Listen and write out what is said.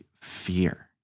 fear